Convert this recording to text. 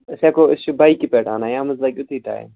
أسۍ ہٮ۪کو أسۍ چھِ بایکہِ پٮ۪ٹھ اَنان یَتھ منٛز لَگہِ یُتُے ٹایِم